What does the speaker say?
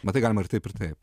matai galima ir taip ir taip